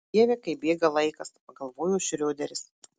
dieve kaip bėga laikas pagalvojo šrioderis